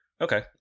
okay